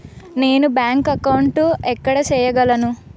నేను bank account ఎక్కడ సేయగలను